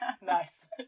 nice